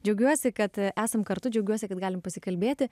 džiaugiuosi kad esam kartu džiaugiuosi kad galim pasikalbėti